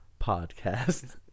Podcast